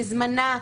בזמנה,